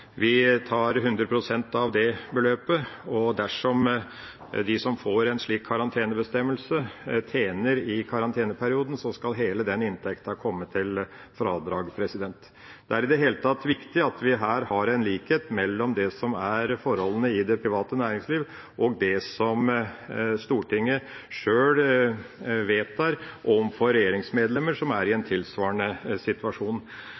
Vi foreslår altså 100 pst. av det beløpet, og dersom de som er underlagt en slik karantenebestemmelse, tjener penger i karanteneperioden, skal hele den inntekten komme til fradrag. Det er viktig at vi her har en likhet mellom det som er forholdene i det private næringslivet, og det som Stortinget sjøl vedtar for regjeringsmedlemmer, som er i en tilsvarende situasjon.